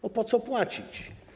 Bo po co płacić?